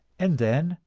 and then,